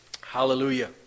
Hallelujah